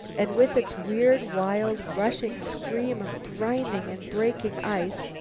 and with its weird, wild, rushing scream of grinding and breaking ice,